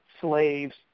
slaves